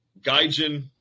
Gaijin